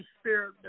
Spirit